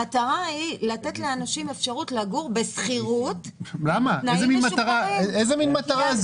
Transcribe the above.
המטרה היא לתת לאנשים אפשרות לגור בשכירות --- איזה מין מטרה זאת?